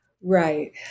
Right